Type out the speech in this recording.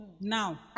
now